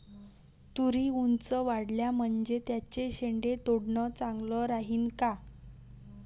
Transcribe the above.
तुरी ऊंच वाढल्या म्हनजे त्याचे शेंडे तोडनं चांगलं राहीन का?